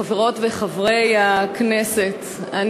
חברות וחברי הכנסת,